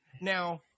Now